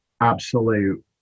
absolute